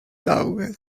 daughter